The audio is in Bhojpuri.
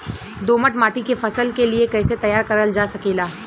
दोमट माटी के फसल के लिए कैसे तैयार करल जा सकेला?